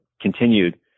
continued